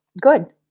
Good